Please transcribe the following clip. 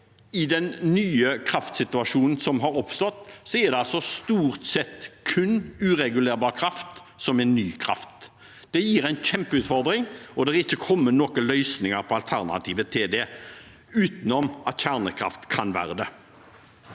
I den nye kraftsituasjonen som har oppstått, er det stort sett kun uregulerbar kraft som er ny kraft. Det gir en kjempeutfordring, og det er ikke kommet noen løsninger på eller alternativer til det, utenom at kjernekraft kan være det.